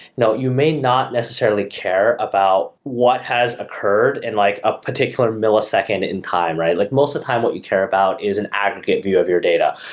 now you may not necessarily care about what has occurred in like a particular millisecond in time, right? like most the time what you care about is an aggregate view of your data,